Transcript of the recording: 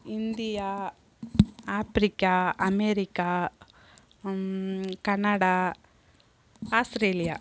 India Africa America Canada Australia